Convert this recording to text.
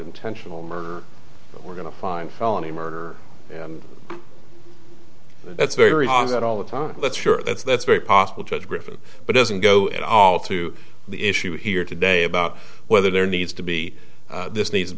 intentional murder we're going to find felony murder and that's very onset all the time that's sure that's that's very possible judge griffith but doesn't go at all to the issue here today about whether there needs to be this need to